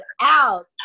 out